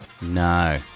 No